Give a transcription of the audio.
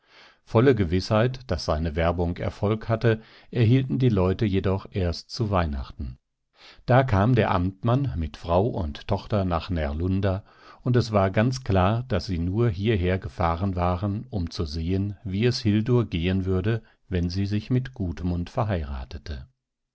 volle gewißheit daß seine werbung erfolg hatte erhielten die leute jedoch erst zu weihnachten da kam der amtmann mit frau und tochter nach närlunda und es war ganz klar daß sie nur hierher gefahren waren um zu sehen wie es hildur gehen würde wenn sie sich mit gudmund verheiratete